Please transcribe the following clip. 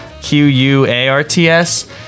Q-U-A-R-T-S